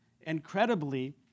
incredibly